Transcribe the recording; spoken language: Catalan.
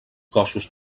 cossos